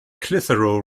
clitheroe